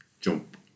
jump